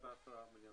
ל-110 מיליון